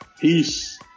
Peace